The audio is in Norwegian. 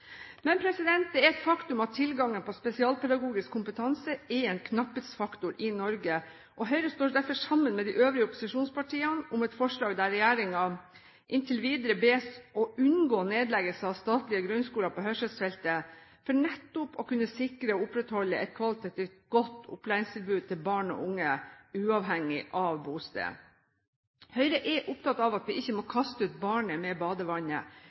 men vil påpeke at kvaliteten på det kommunale skoletilbudet i stor grad hviler på den kompetansen som ligger hos Statped Vest. Det er et faktum at tilgangen på spesialpedagogisk kompetanse er en knapphetsfaktor i Norge, og Høyre står derfor sammen med de øvrige opposisjonspartiene om et forslag der man «ber regjeringen inntil videre unngå nedleggelse av statlige grunnskoler på hørselsfeltet for å kunne sikre og opprettholde et kvalitativt godt opplæringstilbud til barn og unge, uavhengig av bosted». Høyre er opptatt av at vi